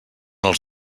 els